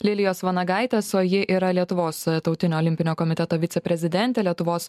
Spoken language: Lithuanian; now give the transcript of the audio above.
lilijos vanagaitės o ji yra lietuvos tautinio olimpinio komiteto viceprezidentė lietuvos